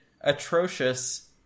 atrocious